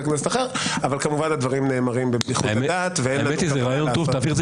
תעביר את זה